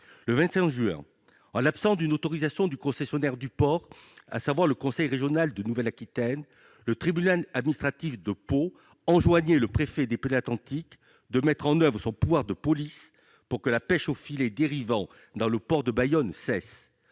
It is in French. Le 25 juin dernier, en l'absence d'une autorisation du concessionnaire du port, à savoir le conseil régional de Nouvelle-Aquitaine, le tribunal administratif de Pau enjoignait le préfet des Pyrénées-Atlantiques de mettre en oeuvre son pouvoir de police pour que la pêche aux filets dérivants dans le port de Bayonne cesse.